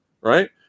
Right